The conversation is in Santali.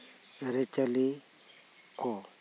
ᱟᱹᱨᱤᱪᱟᱹᱞᱤ ᱠᱚ